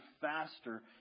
faster